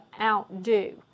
outdo